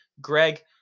Greg